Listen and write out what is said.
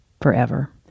forever